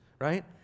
right